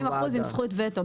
50 אחוזים עם זכות וטו.